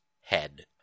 head